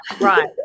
right